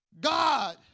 God